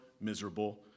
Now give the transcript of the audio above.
miserable